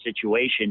situation